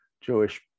Jewish